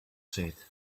said